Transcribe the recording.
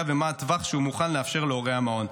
ומה הטווח שהוא מוכן לאפשר להורי המעון.